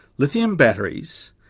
lithium batteries,